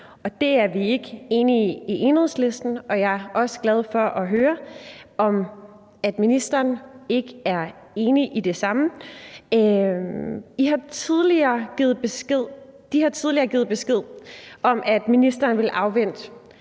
Det er vi ikke enige i i Enhedslisten, og jeg er også glad for at høre, at ministeren heller ikke er enig i det. Der er tidligere givet besked om, at ministeren ville afvente